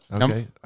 okay